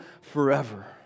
forever